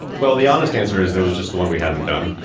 well, the honest answer is there was just the one we hadn't done.